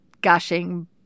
gushing